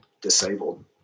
disabled